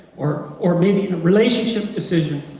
or or maybe in a relationship decision,